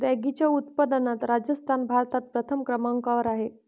रॅगीच्या उत्पादनात राजस्थान भारतात प्रथम क्रमांकावर आहे